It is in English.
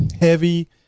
heavy